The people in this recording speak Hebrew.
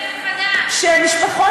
אין ספק,